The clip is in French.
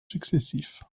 successifs